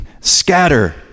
scatter